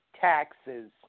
taxes